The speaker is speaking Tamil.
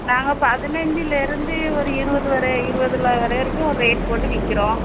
நாங்கள் பதினஞ்சிலருந்து ஒரு இருபது வர இருபதுல அது வரைக்கும் ஒரு ரேட் போட்டு விற்கிறோம்